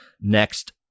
next